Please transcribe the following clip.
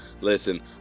Listen